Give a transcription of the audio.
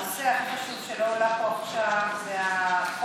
הנושא הכי חשוב שלא הועלה פה עכשיו זה החוסר